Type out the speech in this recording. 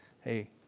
Hey